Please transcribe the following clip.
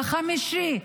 החמישי.